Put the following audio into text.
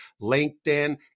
LinkedIn